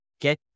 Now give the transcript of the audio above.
get